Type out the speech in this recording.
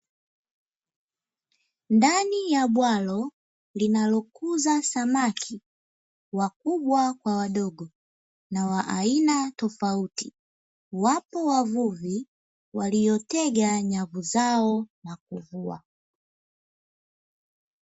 Ndani ya bwalo linalokuza samaki, wakubwa kwa wadogo, na wa aina tofauti, wapo wavuvi, waliotega nyavu zao na kuvua.